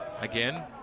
Again